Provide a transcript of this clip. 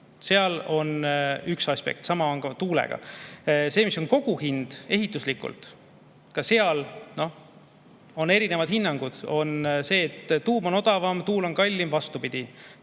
seal on üks aspekt, sama on ka tuulega. Selle kohta, mis on koguhind ehituslikult, on ka erinevad hinnangud: on see, et tuum on odavam, tuul on kallim, ja vastupidi: